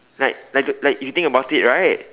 like like a like if you think about it right